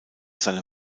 seine